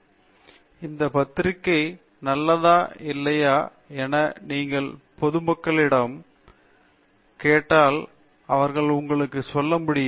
பேராசிரியர் அரிந்தமா சிங் இந்த பத்திரிகை நல்லதா இல்லையா என நீங்கள் பொதுமக்களிடம் கேட்டால் அவர்கள் உங்களுக்கு சொல்ல முடியும்